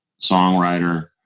songwriter